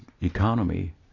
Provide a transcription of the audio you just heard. economy